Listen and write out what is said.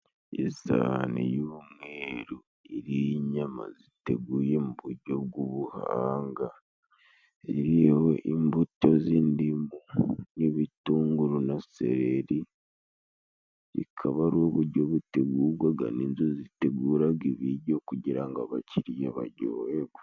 Isahane y'umweru iriho inyama ziteguye mu buryo bw'ubuhanga, iriho imbuto z'indimu n'ibitunguru na sereri, rikaba ari uburyo butegurwaga n'inzu ziteguraga ibiryo kugira ngo abakiriya baryohegwe.